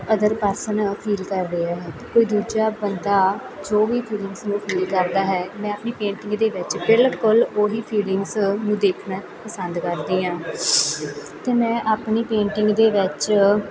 other person feel ਕਰ ਰਿਹਾ ਹੈ ਕੋਈ ਦੂਜਾ ਬੰਦਾ ਜੋ ਵੀ ਫੀਲਿੰਗਜ਼ ਨੂੰ ਫੀਲ ਕਰਦਾ ਹੈ ਮੈਂ ਆਪਣੀ ਪੇਂਟਿੰਗ ਦੇ ਵਿੱਚ ਬਿਲਕੁਲ ਉਹ ਹੀ ਫੀਲਿੰਗਸ ਨੂੰ ਦੇਖਣਾ ਪਸੰਦ ਕਰਦੀ ਹਾਂ ਅਤੇ ਮੈਂ ਆਪਣੀ ਪੇਂਟਿੰਗ ਦੇ ਵਿੱਚ